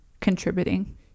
contributing